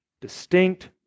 distinct